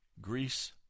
Greece